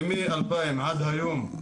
מ-2000 ועד היום,